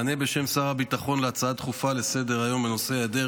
מענה בשם שר הביטחון להצעה דחופה לסדר-היום בנושא: היעדר